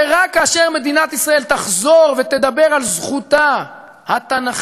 ורק כאשר מדינת ישראל תחזור ותדבר על זכותה התנ"כית,